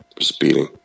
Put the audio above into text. speeding